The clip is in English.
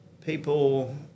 people